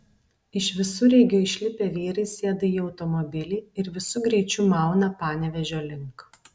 iš visureigio išlipę vyrai sėda į automobilį ir visu greičiu mauna panevėžio link